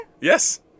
Yes